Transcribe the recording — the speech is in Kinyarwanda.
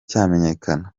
cyamenyekana